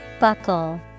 Buckle